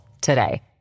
today